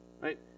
right